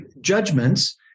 judgments